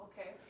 okay